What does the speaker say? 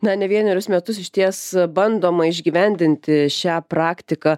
na ne vienerius metus išties bandoma išgyvendinti šią praktiką